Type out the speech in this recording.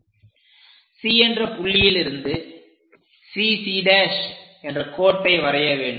C என்ற புள்ளியில் இருந்து CC' என்ற கோட்டை வரைய வேண்டும்